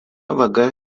vaga